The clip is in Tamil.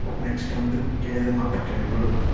நெக்ஸ்ட் வந்து கேதார்நாத் டெம்பிள்